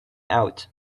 out